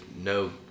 no